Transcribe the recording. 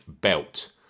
belt